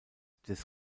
des